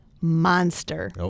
monster